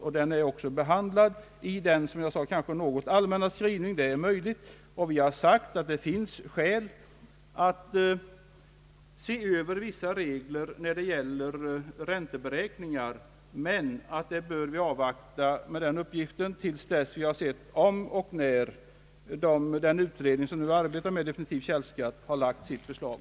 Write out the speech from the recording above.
Motionen är också behandlad i den skrivning — det är möjligt att den kan kallas allmän — som presenterats av ett enhälligt utskott och där vi har sagt att det finns skäl att se över vissa regler i fråga om ränteberäkningar men att vi bör avvakta med detta till dess vi har sett om och när den utredning som arbetar med definitiv källskatt har framlagt sitt förslag.